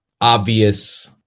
obvious